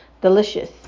Delicious